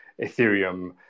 Ethereum